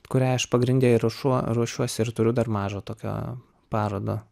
kurią aš pagrinde rušuo ruošiuosi ir turiu dar mažą tokią parodą